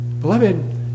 Beloved